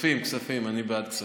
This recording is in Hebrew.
כספים, אני בעד כספים.